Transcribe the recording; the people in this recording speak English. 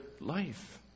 life